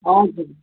हजुर